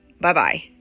Bye-bye